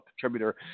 contributor